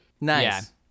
nice